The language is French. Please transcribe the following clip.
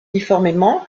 uniformément